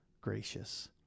gracious